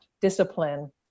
discipline